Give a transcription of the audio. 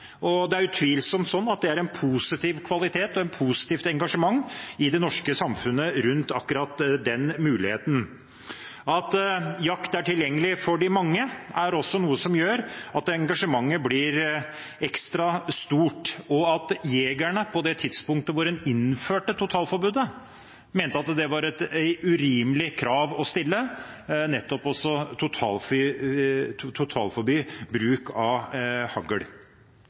og det er utvilsomt sånn at det er en positiv kvalitet og et positivt engasjement i det norske samfunnet rundt akkurat den muligheten. At jakt er tilgjengelig for de mange, er også noe som gjør at engasjementet blir ekstra stort, og jegerne mente på det tidspunktet en innførte totalforbudet, at det var et urimelig krav å stille nettopp det å totalforby bruk av hagl.